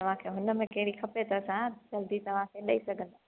तव्हांखे हुन में केड़ी खपे त असां फिर भी तव्हांखे ॾई सघऊं